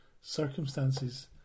circumstances